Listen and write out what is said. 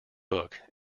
book